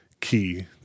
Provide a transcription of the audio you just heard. key